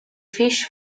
fish